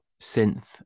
synth